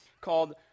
called